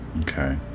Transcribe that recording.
Okay